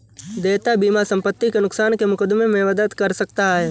देयता बीमा संपत्ति के नुकसान के मुकदमे में मदद कर सकता है